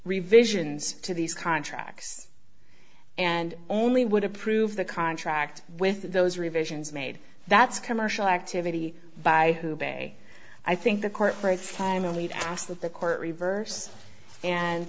revisions to these contracts and only would approve the contract with those revisions made that's commercial activity by who bay i think the court writes time only to ask that the court reverse and